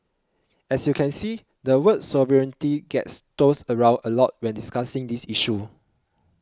as you can see the word sovereignty gets tossed around a lot when discussing this issue